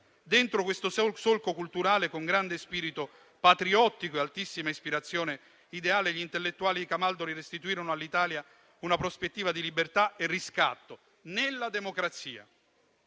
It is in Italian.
Dentro questo solco culturale, con grande spirito patriottico e altissima ispirazione ideale, gli intellettuali di Camaldoli restituirono all'Italia una prospettiva di libertà e riscatto nella democrazia.